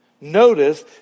Notice